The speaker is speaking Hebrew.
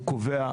הוא קובע,